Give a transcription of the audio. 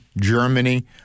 Germany